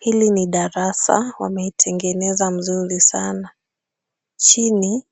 Hili ni darasa wameitengeneza mzuri sana. Chini